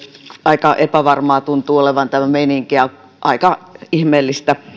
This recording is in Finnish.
aika epävarmaa tuntuu olevan tämä meininki ja aika ihmeellistä